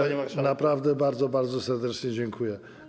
Panie pośle, naprawdę bardzo, bardzo serdecznie dziękuję.